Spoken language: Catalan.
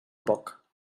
poc